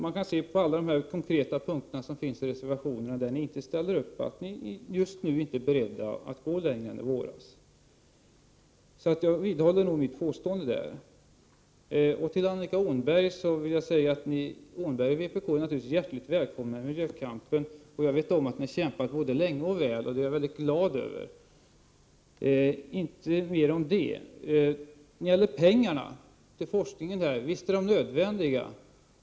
Inte på någon av alla de konkreta punkter som tas upp i reservationen är ni beredda att gå längre än i våras. Så jag vidhåller nog mitt påstående. Annika Åhnberg och vpk är hjärtligt välkomna att delta i miljökampen. Jag vet om att ni kämpat både länge och väl, vilket jag är väldigt glad över. Visst är pengarna till forskningen nödvändiga.